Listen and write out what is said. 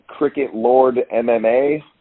cricketlordmma